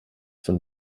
von